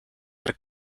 ver